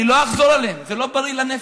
אני לא אחזור עליהן, זה לא בריא לנפש.